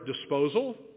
disposal